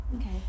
okay